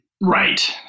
Right